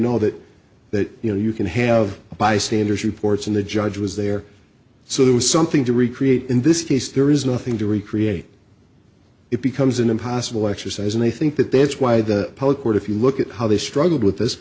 know that that you know you can have bystanders reports and the judge was there so that was something to recreate in this case there is nothing to recreate it becomes an impossible exercise and i think that that's why the public order if you look at how they struggled with this